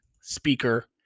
speaker